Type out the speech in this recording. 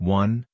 one